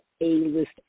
A-list